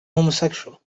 homosexual